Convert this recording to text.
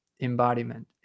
embodiment